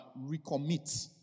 recommit